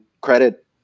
credit